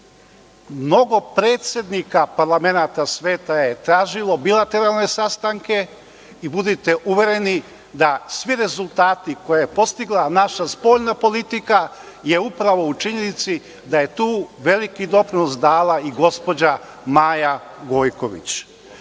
Mnogo predsednika parlamenata je tražila bilateralne sastanke i budite uvereni da svi rezultati koje je postigla naša spoljna politika je u činjenici da je tu veliki doprinos dala i gospođa Maja Gojković. Ono